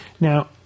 Now